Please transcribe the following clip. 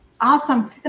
Awesome